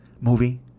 movie